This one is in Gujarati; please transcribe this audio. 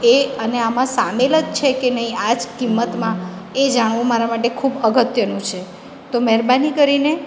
એ અને આમાં સામેલ જ છે કે નહીં આ જ કિંમતમાં એ જાણવું મારા માટે ખૂબ અગત્યનું છે તો મહેરબાની કરીને